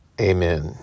Amen